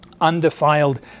undefiled